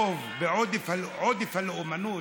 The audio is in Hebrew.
ועודף הלאומנות.